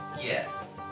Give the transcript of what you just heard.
Yes